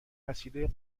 وسیله